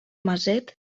maset